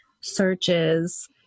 searches